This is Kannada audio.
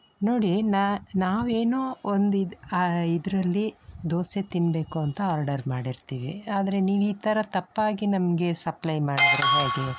ನೋಡಿ ನಾ ನಾವೇನೋ ಒಂದು ಇದು ಇದರಲ್ಲಿ ದೋಸೆ ತಿನ್ನಬೇಕು ಅಂತ ಆರ್ಡರ್ ಮಾಡಿರ್ತೀವಿ ಆದರೆ ನೀವು ಈ ಥರ ತಪ್ಪಾಗಿ ನಮಗೆ ಸಪ್ಲೈ ಮಾಡಿದರೆ ಹೇಗೆ